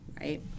right